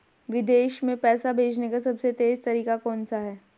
विदेश में पैसा भेजने का सबसे तेज़ तरीका कौनसा है?